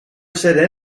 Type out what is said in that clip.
said